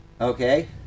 okay